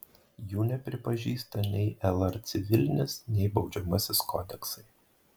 jų nepripažįsta nei lr civilinis nei baudžiamasis kodeksai